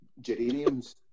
Geraniums